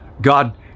God